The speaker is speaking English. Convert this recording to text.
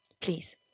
please